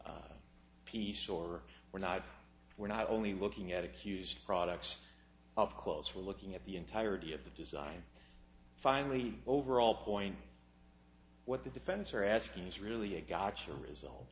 piece or we're not we're not only looking at accused products up close we're looking at the entirety of the design finally overall point what the defense are asking is really a gotcha result